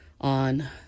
on